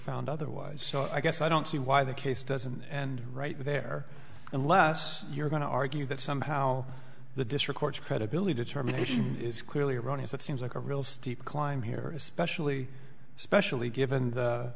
found otherwise so i guess i don't see why the case doesn't and right there unless you're going to argue that somehow the district court's credibility determination is clearly erroneous that seems like a real steep climb here especially especially given the